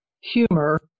humor